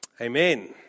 amen